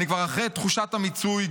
אני כבר אחרי תחושת המיצוי,